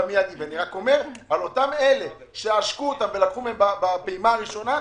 אבל אני רק אומר שעל אותם אלה שלקחו מהם בפעימה הראשונה,